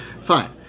Fine